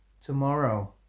tomorrow